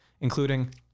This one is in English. including